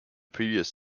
previous